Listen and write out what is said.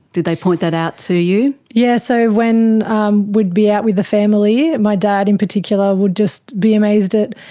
did they point that out to you? yes, so when we um would be out with the family, my dad in particular would just be amazed at,